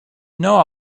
know